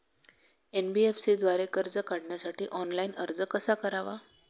NBFC द्वारे कर्ज काढण्यासाठी ऑनलाइन अर्ज कसा करावा?